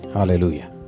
Hallelujah